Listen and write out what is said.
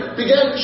began